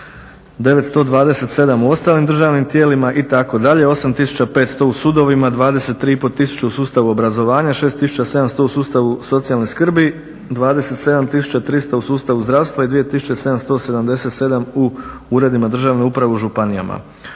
927 u ostalim državnim tijelima itd., 8500 u sudovima, 23 500 u sustavu obrazovanja, 6700 u sustavu socijalne skrbi, 27 300 u sustavu zdravstva i 2777 u uredima državne uprave u županijama.